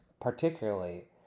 particularly